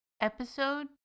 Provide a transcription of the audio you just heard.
Episode